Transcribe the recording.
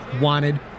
wanted